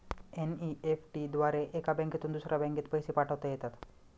NEFT द्वारे एका बँकेतून दुसऱ्या बँकेत पैसे पाठवता येतात